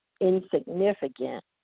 insignificant